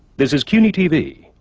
this is cuny-tv,